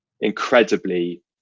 incredibly